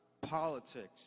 politics